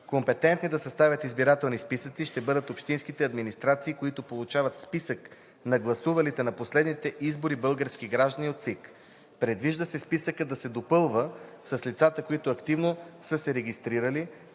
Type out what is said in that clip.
Компетентни да съставят избирателни списъци ще бъдат общинските администрации, които получават списък на гласувалите на последните избори български граждани от ЦИК. Предвижда се списъкът да се допълва с лицата, които активно са се регистрирали